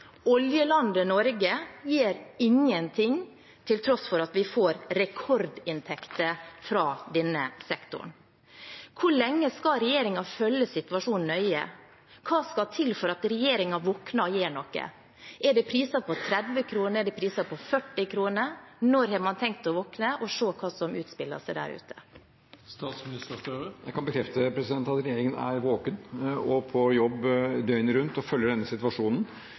Oljelandet Norge gjør ingenting, til tross for at vi får rekordinntekter fra denne sektoren. Hvor lenge skal regjeringen følge situasjonen nøye? Hva skal til for at regjeringen våkner og gjør noe? Er det priser på 30 kroner, er det priser på 40 kroner? Når har man tenkt å våkne og se hva som utspiller seg der ute? Jeg kan bekrefte at regjeringen er våken og på jobb døgnet rundt og følger denne situasjonen.